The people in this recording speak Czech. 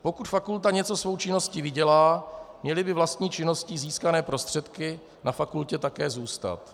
Pokud fakulta něco svou činností vydělá, měly by vlastní činností získané prostředky na fakultě také zůstat.